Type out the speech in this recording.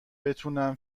بتونن